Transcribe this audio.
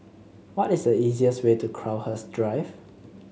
what is the easiest way to Crowhurst Drive